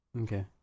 Okay